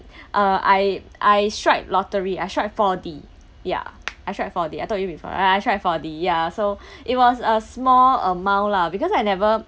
uh I I strike lottery I strike four D ya I strike four D I told you before I I four D ya so it was a small amount lah because I never